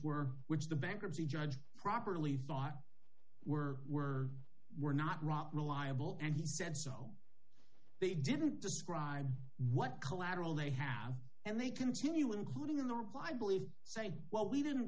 were which the bankruptcy judge properly thought were were were not rock reliable and he said so they didn't describe what collateral they have and they continue including in the reply i believe saying well we didn't